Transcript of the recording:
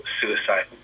suicide